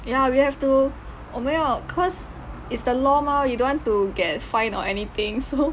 ya we have to oh 没有 cause it's the law mah we don't want to get fined or anything so